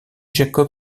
jacob